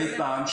אי פעם,